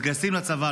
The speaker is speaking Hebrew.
מתגייסים לצבא,